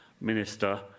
minister